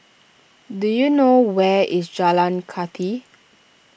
do you know where is Jalan Kathi